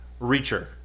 Reacher